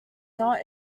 not